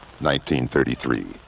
1933